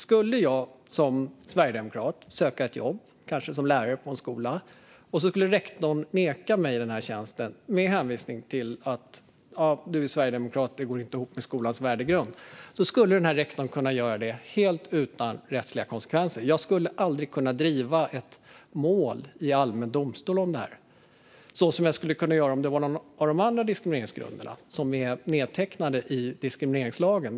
Om jag som sverigedemokrat skulle söka ett jobb, kanske som lärare på en skola, och rektorn skulle neka mig denna tjänst med hänvisning till att jag är sverigedemokrat och att det inte går ihop med skolans värdegrund, då skulle denna rektor kunna göra det helt utan rättsliga konsekvenser. Jag skulle aldrig kunna driva ett mål i allmän domstol om detta, vilket jag skulle kunna göra om det handlade om någon av de andra diskrimineringsgrunderna som är nedtecknade i diskrimineringslagen.